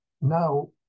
now